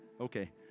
Okay